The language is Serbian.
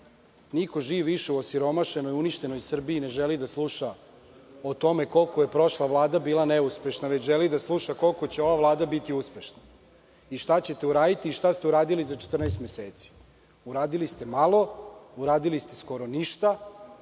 Niko živ više u osiromašenoj i uništenoj Srbiji ne želi da sluša o tome koliko je prošla Vlada bila neuspešna, već želi da sluša koliko će ova Vlada biti uspešna i šta ćete uraditi i šta ste uradili za 14 meseci. Uradili ste malo. Uradili ste skoro ništa.